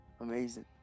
amazing